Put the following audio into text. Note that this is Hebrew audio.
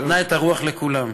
נתנה את הרוח לכולם,